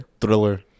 thriller